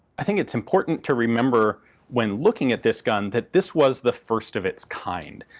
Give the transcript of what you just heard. i think it's important to remember when looking at this gun that this was the first of its kind.